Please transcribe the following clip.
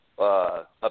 Up